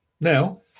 Now